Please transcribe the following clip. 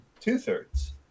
two-thirds